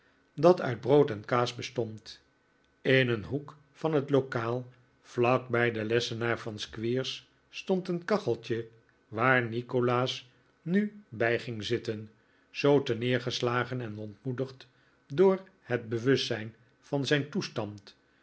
dat uit brood en kaas bestond in een hoek van het lokaal vlak bij den lessenaar van squeers stond een kachelt je waar nikolaas nu bij ging zitten zoo terneergeslagen en ontmoedigd door het bewustzijn van zijn toestand